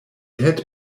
had